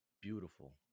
beautiful